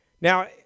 Now